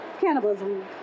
cannibalism